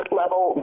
level